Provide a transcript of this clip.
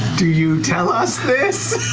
do you tell us this?